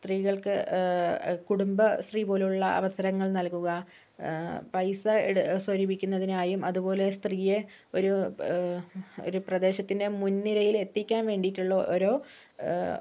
സ്ത്രീകൾക്ക് കുടുംബശ്രീ പോലുള്ള അവസരങ്ങൾ നൽകുക പൈസ സ്വരൂപിക്കുന്നതിനായും അതുപോലെ സ്ത്രീയെ ഒരു ഒരു പ്രദേശത്തിൻ്റെ മുൻനിരയിൽ എത്തിക്കാൻ വേണ്ടിയിട്ടുള്ള ഓരോ